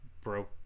broke